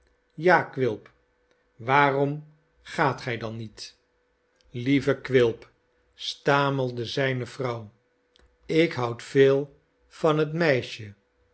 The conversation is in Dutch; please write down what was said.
ja quilp waarom gaat gij dan niet nelly lieve quilp stamelde zijne vrouw ik houd veel van h et meisje